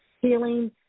healing